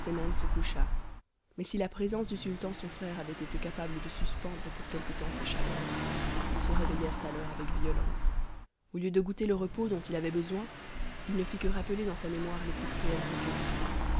se coucha mais si la présence du sultan son frère avait été capable de suspendre pour quelque temps ses chagrins ils se réveillèrent alors avec violence au lieu de goûter le repos dont il avait besoin il ne fit que rappeler dans sa mémoire les plus cruelles réflexions